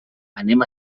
anem